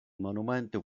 monumento